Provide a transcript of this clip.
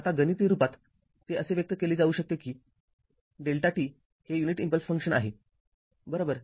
आता गणिती रूपात ते असे व्यक्त केले जाऊ शकते कि Δ t हे युनिट इम्पल्स फंक्शन आहे बरोबर